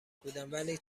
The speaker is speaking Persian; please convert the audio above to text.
بودم، ولی